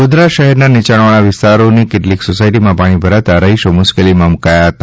ગોધરા શહેરના નીચાણવાળા વિસ્તારોની કેટલીક સોસાયટીમાં પાણી ભરાતા રહીશો મુશ્કેલીમાં મુકાયા હતા